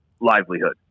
livelihood